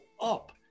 up